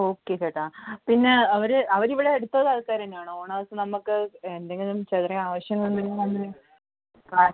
okay ചേട്ടാ പിന്നെ അവർ അവർ ഇവിടെ അടുത്തുള്ള ആൾക്കാർ തന്നെയാണോ ഓണേഴ്സ് നമുക്ക് എന്തെങ്കിലും ചെറിയ ആവശ്യങ്ങൾ എന്തെങ്കിലും വന്നുകഴിഞ്ഞാൽ